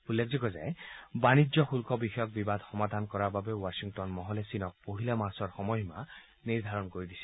উল্লেখযোগ্য যে বাণিজ্য শুল্ক বিষয়ৰ বিবাদক সমাধান কৰাৰ বাবে ৱাশ্বিংটন মহলে চীনক পহিলা মাৰ্চৰ সময়সীমা নিৰ্ধাৰিত কৰি দিছিল